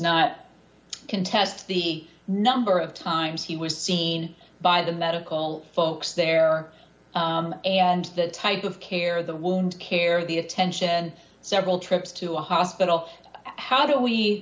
not contest the number of times he was seen by the medical folks there and that type of care the wound care the attention and several trips to a hospital how do we